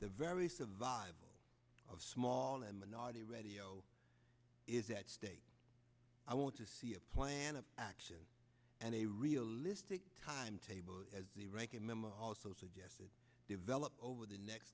the very survival of small and minority radio is at stake i want to see a plan of action and a realistic timetable as the ranking member also suggested develop over the next